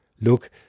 Look